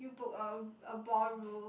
you book a a ballroom